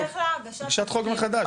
הגשת חוק מחדש.